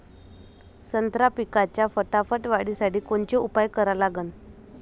संत्रा पिकाच्या फटाफट वाढीसाठी कोनचे उपाव करा लागन?